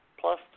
Plus